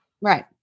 Right